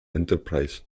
enterprise